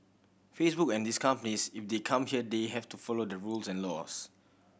Facebook and these companies if they come here they have to follow the rules and laws